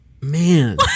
Man